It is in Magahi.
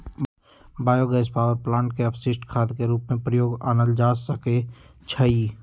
बायो गैस पावर प्लांट के अपशिष्ट खाद के रूप में प्रयोग में आनल जा सकै छइ